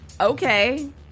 okay